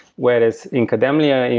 whereas in kademlia, and